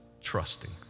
trusting